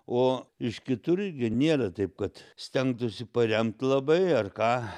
o iš kitur gi nėra taip kad stengtųsi paremt labai ar ką